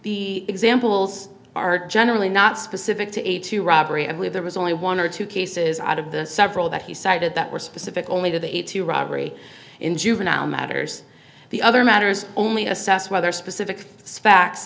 the examples are generally not specific to a two robbery and we have there was only one or two cases out of the several that he cited that were specific only to the eight to robbery in juvenile matters the other matters only assess whether specific facts